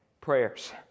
prayers